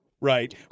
right